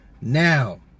Now